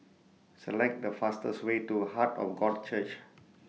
Select The fastest Way to Heart of God Church